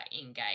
Engage